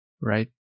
Right